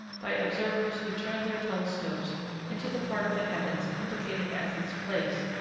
by observers who turned their telescopes into the part of the heavens indicated as its place,